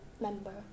member